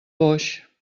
boix